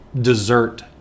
dessert